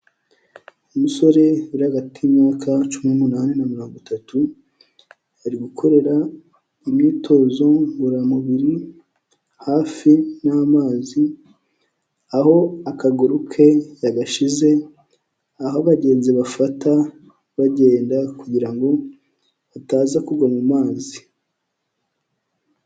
Umusore uri hagati y'imyaka cumi n'umunani na mirongo itatu, ari gukorera imyitozo ngororamubiri hafi n'amazi, aho akaguru ke yagashize aho abagenzi bafata bagenda kugira ngo bataza kugwa mu mazi.